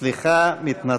זו לא פעם